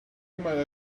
might